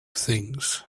things